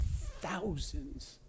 thousands